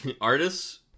Artists